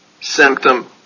symptom